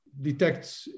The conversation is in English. detect